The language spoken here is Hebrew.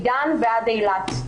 מדן ועד אילת.